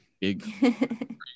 big